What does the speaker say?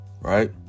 right